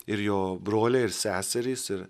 ir jo broliai ir seserys ir